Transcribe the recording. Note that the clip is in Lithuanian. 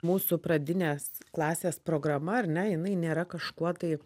mūsų pradinės klasės programa ar ne jinai nėra kažkuo tai